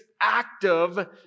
active